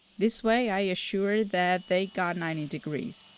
this way i assured that they got ninety degrees.